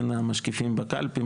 כן המשקיפים בקלפי,